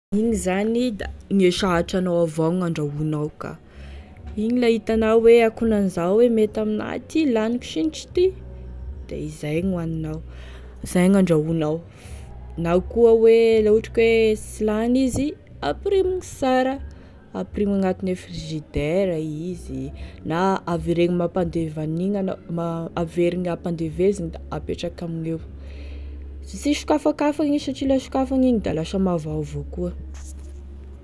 Igny zany da gne sahatry anao avao gn'andrahoinao, igny la hitanao hoe ankonan'izao e, mety aminah ty laniko signitry ty da izay gn'hoaninao, izay gn'andrahoinao, na koa hoe laha ohatry ka hoe sy lany izy ampirimigny sara, ampirimigny agnatine frigidaire izy na averegny mampandevy an'igny anao ma- averigny ampandevezigny da apetraky amigneo, sy sokafakafagny igny satria la sokafagny igny da lasa mavavao koa.